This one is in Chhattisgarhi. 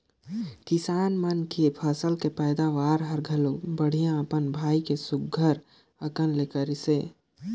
किसान मन के फसल के पैदावरी हर घलो बड़िहा अपन भाई के सुग्घर अकन ले करिसे